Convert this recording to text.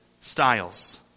styles